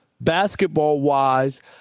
Basketball-wise